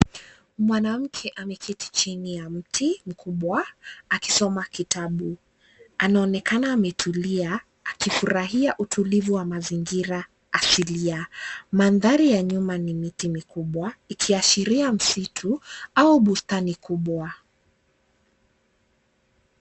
Mwanamke ameketi chini ya mti mkubwa akisoma kitabu. Anaonekana ametulia akifurahia utulivu wa mazingira asilia. Mandhari ya nyuma ni miti mikubwa ikiashiria msitu au bustani kubwa.